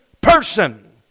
person